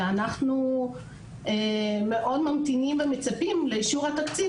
אנחנו ממתינים ומאוד מצפים לאישור התקציב,